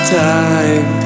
time